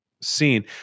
seen